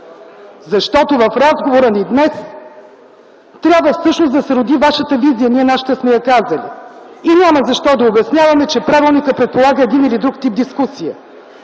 господа! В разговора ни днес всъщност трябва да се роди вашата визия, ние нашата сме я казали. И няма защо да обясняваме, че правилникът предполага един или друг тип дискусия.